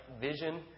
vision